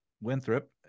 Winthrop